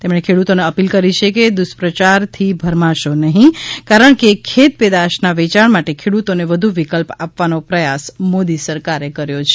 તેમણે ખેડૂતોને અપીલ કરી છે કે દુષ્પ્રાયારથી ભરમાશો નહીં કારણ કે ખેતપેદાશના વેચાણ માટે ખેડૂતને વધુ વિકલ્પ આપવાનો પ્રયાસ મોદી સરકારે કર્યો છે